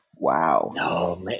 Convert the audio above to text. wow